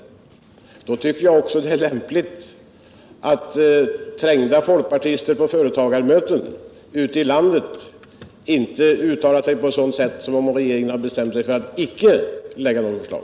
Men då tycker jag också att det är lämpligt att trängda folkpartister på företagarmöten ute i landet inte uttalar sig på ett sådant sätt att det verkar som om regeringen hade bestämt sig för att icke lägga fram något förslag.